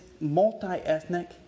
multi-ethnic